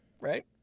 right